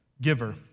giver